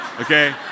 okay